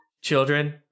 children